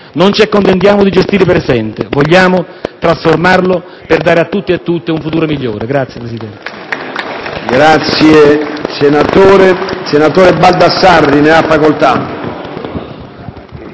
Non ci accontentiamo di gestire il presente, ma vogliamo trasformarlo per dare a tutte e a tutti un futuro migliore. *(Applausi